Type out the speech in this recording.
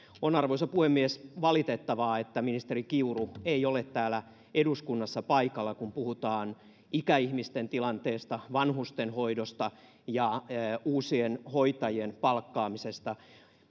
arvoisa puhemies on valitettavaa että ministeri kiuru ei ole täällä eduskunnassa paikalla kun puhutaan ikäihmisten tilanteesta vanhustenhoidosta ja uusien hoitajien palkkaamisesta